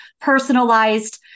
personalized